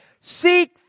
seek